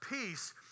peace